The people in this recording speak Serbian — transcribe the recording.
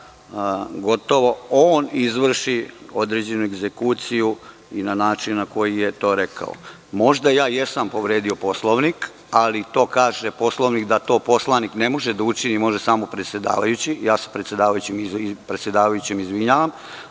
gotovo on izvrši određenu egzekuciju i na način na koji je to rekao. Možda ja jesam povredio Poslovnik, ali Poslovnik kaže da to poslanik ne može da učini, može samo predsedavajući. Ja se predsedavajućem izvinjavam